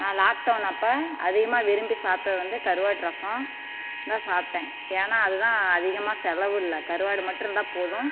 நான் லாக்டௌன் அப்போ அதிகமாக விரும்பி சாப்பிட்டது வந்து கருவாட்டு ரசம் அதான் சாப்பிட்டேன் ஏன்னா அது தான் அதிகமாக செலவு இல்லை கருவாடு மட்டுருந்தா போதும்